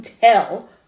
tell